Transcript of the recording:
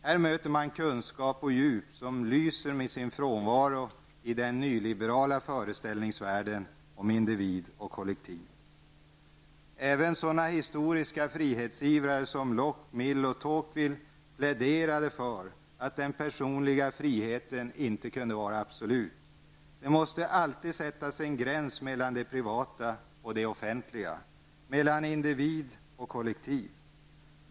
Här möter man kunskap och djup som lyser med sin frånvaro i den nyliberala föreställningsvärlden om individ och kollektiv. Även sådana historiska frihetsivrare som Lock, Mill och Tocqueville pläderade för att den borgerliga friheten inte kunde vara absolut. Det måste alltid sättas en gräns mellan det privata och det offentliga, mellan individ och kollektiv.